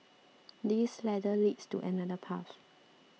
this ladder leads to another path